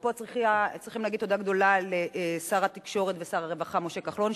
ופה צריכים להגיד תודה גדולה לשר התקשורת ושר הרווחה משה כחלון,